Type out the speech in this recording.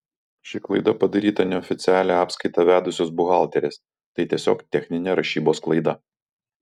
ši klaida padaryta neoficialią apskaitą vedusios buhalterės tai tiesiog techninė rašybos klaida